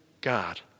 God